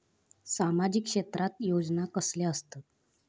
सामाजिक क्षेत्रात योजना कसले असतत?